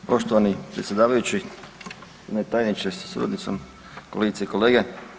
Poštovani predsjedavajući, državni tajniče sa suradnicom, kolegice i kolege.